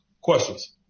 Questions